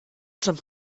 some